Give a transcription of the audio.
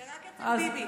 זה רק אצל ביבי.